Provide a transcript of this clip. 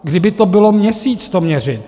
Kdyby to bylo měsíc, to měřit.